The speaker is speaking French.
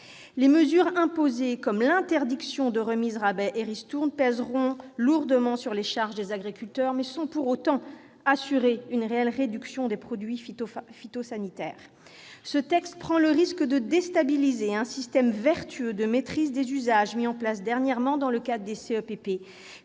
Les mesures imposées, comme l'interdiction des remises, rabais et ristournes, pèseront lourdement sur les charges des agriculteurs, sans pour autant assurer une réelle réduction de l'usage des produits phytosanitaires. Ce texte fait craindre une déstabilisation d'un système vertueux de maîtrise des usages mis en place dernièrement dans le cadre des